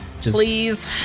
Please